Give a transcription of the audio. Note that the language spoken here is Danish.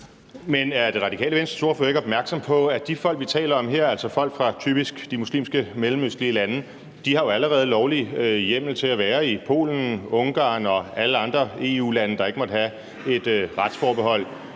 Men er Radikale Venstres ordfører ikke opmærksom på, at de folk, vi taler om her, altså folk fra typisk de muslimske, mellemøstlige lande, jo allerede har lovlig hjemmel til at være i Polen, Ungarn og alle andre EU-lande, der ikke har et retsforbehold?